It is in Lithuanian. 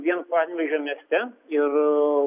vien panevėžio mieste ir